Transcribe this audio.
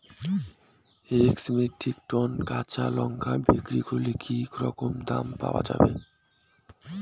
এক metric ton কাঁচা লঙ্কা বিক্রি করলে কি রকম দাম পাওয়া যাবে?